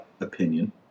opinion